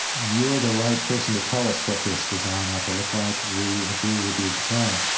you're the right person to tell us what this design ought to look like. we agree with your design.